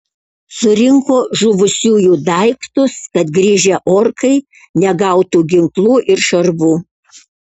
surinko žuvusiųjų daiktus kad grįžę orkai negautų ginklų ir šarvų